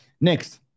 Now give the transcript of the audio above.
Next